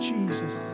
Jesus